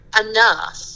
enough